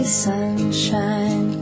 sunshine